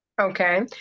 Okay